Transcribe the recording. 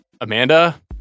Amanda